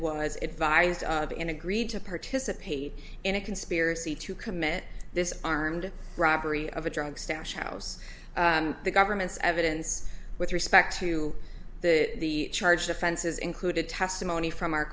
was advised of and agreed to participate in a conspiracy to commit this armed robbery of a drug stash house the government's evidence with respect to the charged offenses included testimony from our